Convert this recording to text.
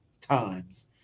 times